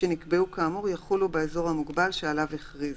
שנקבעו כאמור יחולו באזור המוגבל שעליו הכריזה."